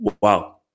wow